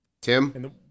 Tim